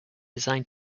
designed